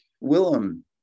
Willem